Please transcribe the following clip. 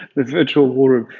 but virtual war room.